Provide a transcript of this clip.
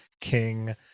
King